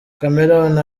chameleone